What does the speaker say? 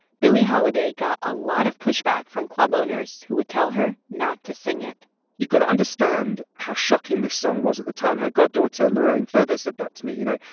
billie holiday got a lot of pushback from club owners who would tell her not to sing it you've got to understand how shocking this song was at the time. her goddaughter lorraine feather said that to me. you know,